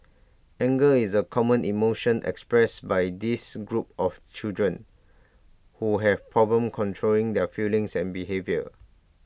anger is A common emotion express by this group of children who have problem controlling their feelings and behaviour